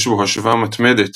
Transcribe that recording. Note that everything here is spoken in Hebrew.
יש בו השוואה מתמדת